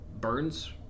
burns